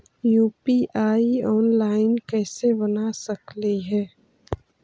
UPI online कैसे बना सकली हे?